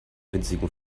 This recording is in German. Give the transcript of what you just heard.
winzigen